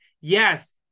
Yes